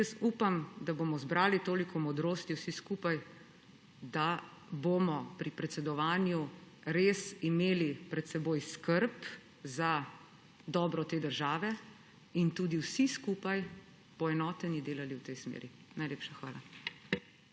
Upam, da bomo zbrali toliko modrosti vsi skupaj, da bomo pri predsedovanju res imeli pred seboj skrb za dobro te države in tudi vsi skupaj poenoteni delali v tej smeri. Najlepša hvala.